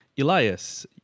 Elias